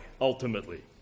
ultimately